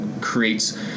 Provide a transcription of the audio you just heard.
creates